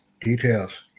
Details